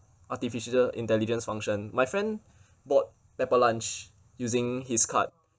artificial intelligence function my friend bought pepper lunch using his card